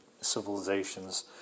civilizations